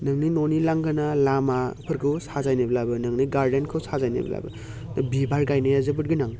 नोंनि न'नि लांगोना लामाफोरखौ साजायनोब्लाबो नोंनि गार्डेनखौ साजायनोब्लाबो बिबार गायनाया जोबोर गोनां